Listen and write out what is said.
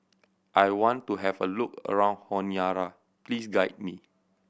I want to have a look around Honiara please guide me